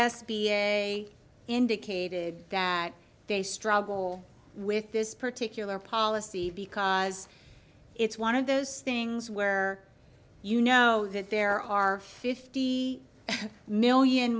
i indicated that they struggle with this particular policy because it's one of those things where you know that there are fifty million